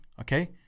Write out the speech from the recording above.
Okay